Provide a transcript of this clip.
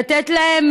לתת להם,